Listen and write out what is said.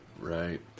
right